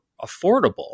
affordable